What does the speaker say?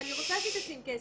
ואני רוצה שהיא תשים כסף,